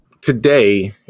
Today